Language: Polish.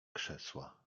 krzesła